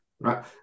right